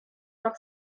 par